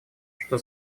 что